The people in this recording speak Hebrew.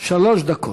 שלוש דקות.